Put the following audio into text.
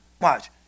watch